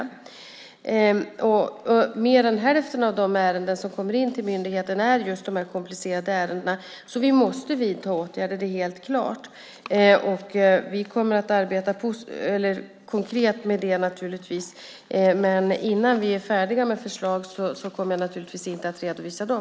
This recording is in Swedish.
Mer än hälften av de ärenden som kommer in till myndigheten är just de här komplicerade ärendena, så det är helt klart att vi måste vidta åtgärder. Vi kommer att arbeta konkret med detta, men innan vi är färdiga med förslag kommer jag naturligtvis inte att redovisa dem.